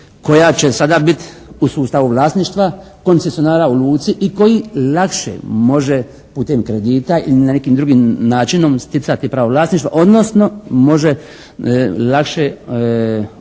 koja će sada biti u sustavu vlasništva koncesionara u luci i koji lakše može putem kredita ili nekim drugim načinom stjecati pravo vlasništva. Odnosno, može lakše opremiti